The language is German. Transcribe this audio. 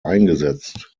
eingesetzt